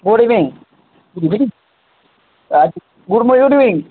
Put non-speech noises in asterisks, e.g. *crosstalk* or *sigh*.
good evening *unintelligible* good evening